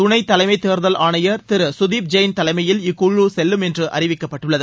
துணை தலைமை தேர்தல் ஆணையர் திரு சுதீப் ஜெயின் தலைமையில் இக்குழு செல்லும் என்று அறிவிக்கப்பட்டுள்ளது